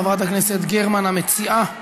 חברת הכנסת גרמן, המציעה,